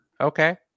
Okay